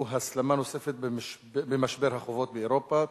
הסלמה נוספת במשבר החובות באירופה,